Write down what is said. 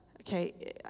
okay